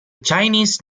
chinese